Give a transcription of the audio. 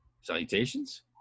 Salutations